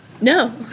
No